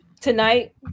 tonight